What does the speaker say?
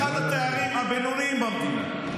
אחד התארים הבינוניים במדינה.